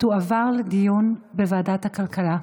תועבר לדיון בוועדת הכלכלה.